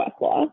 Westlaw